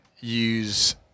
use